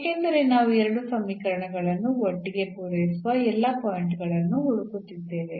ಏಕೆಂದರೆ ನಾವು ಎರಡೂ ಸಮೀಕರಣಗಳನ್ನು ಒಟ್ಟಿಗೆ ಪೂರೈಸುವ ಎಲ್ಲಾ ಪಾಯಿಂಟ್ ಗಳನ್ನು ಹುಡುಕುತ್ತಿದ್ದೇವೆ